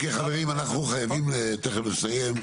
אנחנו חייבים תיכף לסיים.